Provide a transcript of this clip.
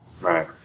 Right